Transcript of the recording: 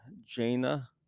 Jaina